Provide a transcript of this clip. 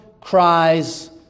cries